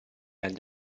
anni